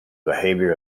behavior